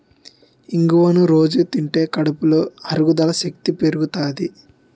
ఇంగువను రొజూ తింటే కడుపులో అరుగుదల శక్తి పెరుగుతాది